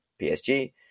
PSG